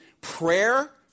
prayer